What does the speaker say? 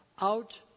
out